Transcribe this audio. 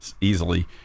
easily